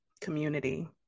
community